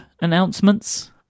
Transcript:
announcements